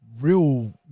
real